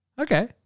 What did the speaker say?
okay